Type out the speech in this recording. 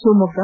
Shivamogga